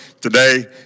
today